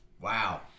Wow